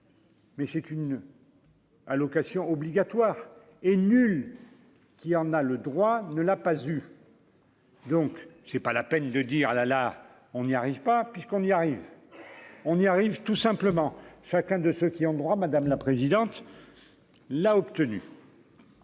Mais c'est une. à occasion obligatoire et qui en a le droit, ne l'a pas eu. Donc c'est pas la peine de dire : ah la la, on n'y arrive pas, puisqu'on y arrive, on y arrive, tout simplement, chacun de ceux qui ont droit, madame la présidente l'obtenu.